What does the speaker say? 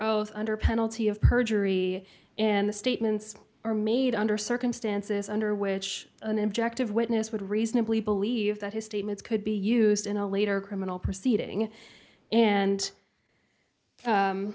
oath under penalty of perjury and the statements are made under circumstances under which an injective witness would reasonably believe that his statements could be used in a later criminal proceeding and